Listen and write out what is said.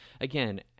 Again